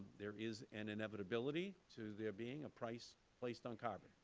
there is an inevitability to there being a price placed on carbon,